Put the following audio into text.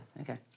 Okay